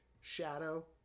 shadow